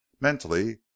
mentally